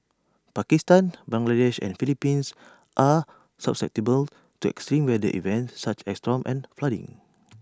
Pakistan Bangladesh and Philippines are susceptible to extreme weather events such as storms and flooding